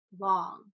long